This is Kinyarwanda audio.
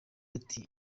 ati